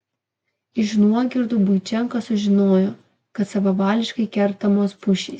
iš nuogirdų buičenka sužinojo kad savavališkai kertamos pušys